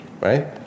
right